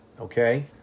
okay